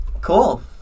Cool